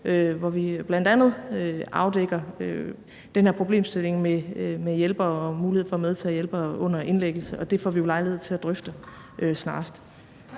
hvor vi bl.a. afdækker den her problemstilling med hjælpere og muligheden for at medtage hjælpere under indlæggelse, og det får vi jo lejlighed til at drøfte snarest.